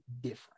different